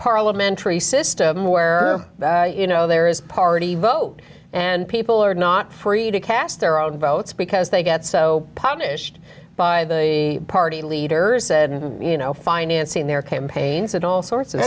parliamentary system where you know there is party vote and people are not free to cast their own votes because they get so punished by the party leaders said you know financing their campaigns and all sorts of